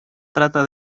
trata